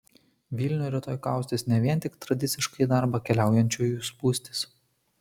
vilnių rytoj kaustys ne vien tik tradiciškai į darbą keliaujančiųjų spūstys